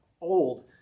old